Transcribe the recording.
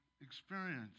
experience